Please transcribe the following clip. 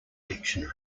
dictionary